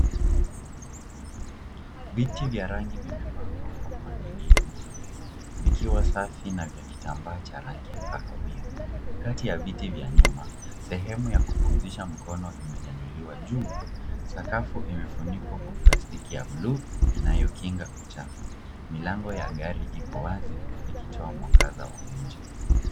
Viti vya rangi vimepangwa kwa mpangilio mzuri vikiwa safi na vya kitambaa cha rangi ya kahawia. Kati ya viti vya nyuma, sehemu ya kupumzisha mikono imenyanyuliwa juu. Sakafu imefunikwa kwa plastiki ya blue inayokinga uchafu. Milango ya gari iko wazi ikitoa mwangaza wa nje.